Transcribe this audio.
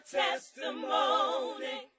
testimony